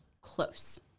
close